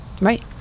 Right